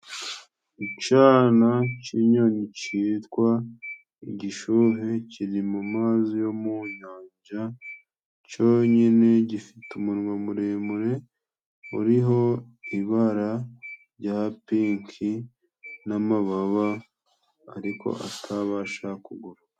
Icyana cy'inyoni cyitwa igishuhe, kiri mu mazi yo mu nyanja cyonyine, gifite umunwa muremure uriho ibara rya pinki n'amababa, ariko atabasha kuguruka.